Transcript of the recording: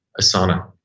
Asana